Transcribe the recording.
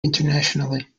internationally